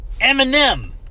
Eminem